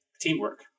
teamwork